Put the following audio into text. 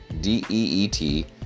D-E-E-T